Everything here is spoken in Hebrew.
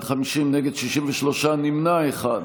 בעד, 50, נגד, 63, נמנע אחד.